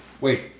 Wait